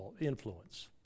influence